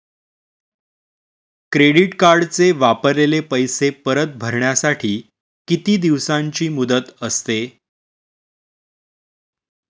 Credit कार्डचे वापरलेले पैसे परत भरण्यासाठी किती दिवसांची मुदत असते?